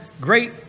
great